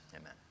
amen